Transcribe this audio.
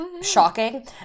Shocking